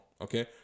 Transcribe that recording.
okay